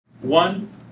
One